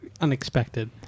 unexpected